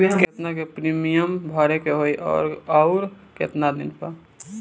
केतना के प्रीमियम भरे के होई और आऊर केतना दिन पर?